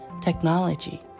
technology